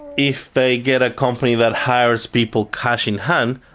if they get a company that hires people cash in hand,